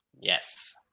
Yes